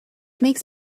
makes